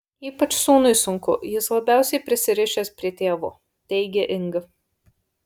ypač sūnui sunku jis labiausiai prisirišęs prie tėvo teigė inga